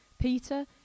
Peter